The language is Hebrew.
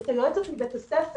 את היועצת של בית הספר,